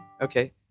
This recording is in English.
Okay